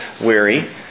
weary